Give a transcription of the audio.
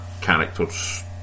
character's